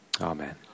Amen